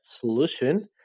solution